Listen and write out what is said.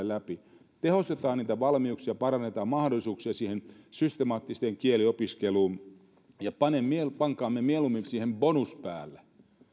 läpi tehostetaan niitä valmiuksia parannetaan mahdollisuuksia systemaattiseen kieliopiskeluun ja pankaamme mieluummin siihen bonus päälle